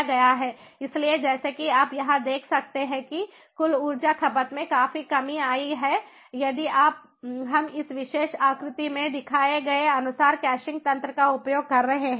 इसलिए जैसा कि आप यहाँ देख सकते हैं कि कुल ऊर्जा खपत में काफी कमी आई है यदि हम इस विशेष आकृति में दिखाए गए अनुसार कैशिंग तंत्र का उपयोग कर रहे हैं